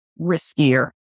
riskier